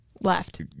Left